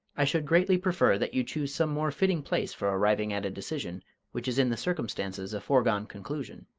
i should greatly prefer that you choose some more fitting place for arriving at a decision which is in the circumstances a foregone conclusion.